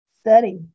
Study